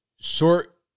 short